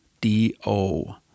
D-O